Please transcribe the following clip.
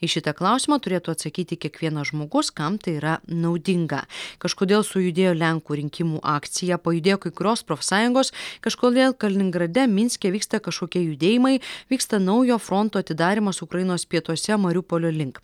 į šitą klausimą turėtų atsakyti kiekvienas žmogus kam tai yra naudinga kažkodėl sujudėjo lenkų rinkimų akcija pajudėjo kai kurios profsąjungos kažkodėl kaliningrade minske vyksta kažkokie judėjimai vyksta naujo fronto atidarymas ukrainos pietuose mariupolio link